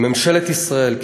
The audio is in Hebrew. כממשלת ישראל,